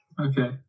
Okay